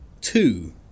two